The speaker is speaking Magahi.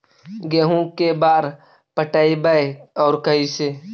गेहूं के बार पटैबए और कैसे?